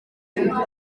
izina